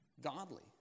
godly